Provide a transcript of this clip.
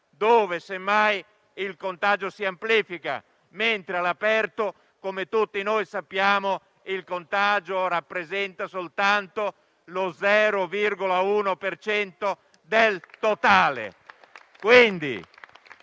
dove semmai il contagio si amplifica, mentre all'aperto, come tutti noi sappiamo, il contagio rappresenta soltanto lo 0,1 per cento